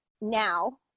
now